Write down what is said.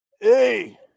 Hey